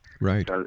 Right